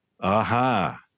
Aha